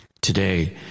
Today